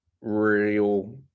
real